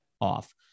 off